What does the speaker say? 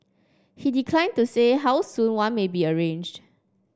he declined to say how soon one may be arranged